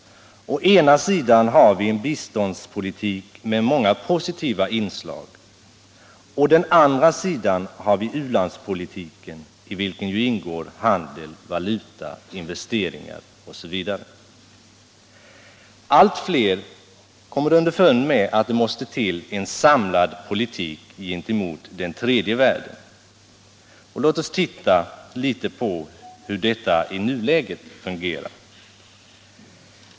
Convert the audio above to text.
Å ena sidan har vi en biståndspolitik, med många positiva inslag, å andra sidan har vi u-landspolitiken, i vilken ju ingår handel, valuta, investeringar osv. Allt fler kommer underfund med att det måste till en samlad politik gentemot den tredje världen. Låt oss titta litet på hur detta i nuläget fungerar.